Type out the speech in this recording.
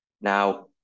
Now